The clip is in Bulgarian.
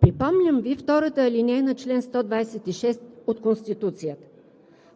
Припомням Ви втората алинея на чл. 126 от Конституцията,